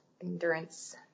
endurance